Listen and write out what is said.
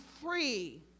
free